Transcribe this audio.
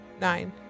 Nine